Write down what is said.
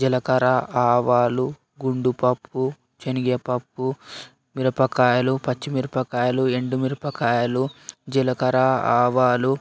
జీలకర్ర ఆవాలు గుండుపప్పు శనగా పప్పు మిరపకాయలు పచ్చిమిరపకాయలు ఎండుమిరపకాయలు జీలకర్ర ఆవాలు